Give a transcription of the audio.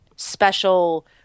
special